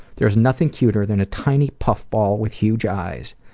there's nothing cuter than a tiny puffball with huge eyes.